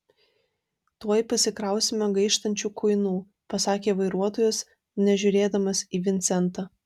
tuoj pasikrausime gaištančių kuinų pasakė vairuotojas nežiūrėdamas į vincentą